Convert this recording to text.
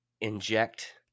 inject